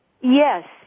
Yes